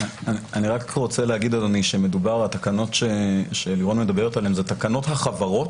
אני רק רוצה להגיד שהתקנות שלירון מדברת עליהן זה תקנות החברות,